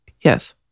yes